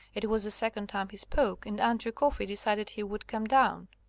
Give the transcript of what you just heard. it was the second time he spoke, and andrew coffey decided he would come down.